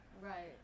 Right